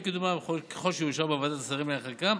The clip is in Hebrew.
וקידומה, ככל שיאושר בוועדת השרים לענייני חקיקה,